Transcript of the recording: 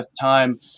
time